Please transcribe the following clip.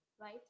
right